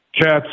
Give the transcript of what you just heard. cats